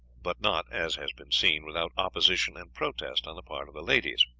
but not, as has been seen, without opposition and protest on the part of the ladies.